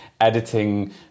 editing